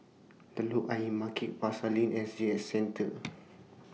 Telok Ayer Market Pasar Lane S G S Centre